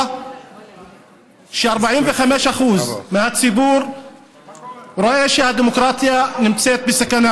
ש-45% מהציבור רואה שהדמוקרטיה נמצאת בסכנה,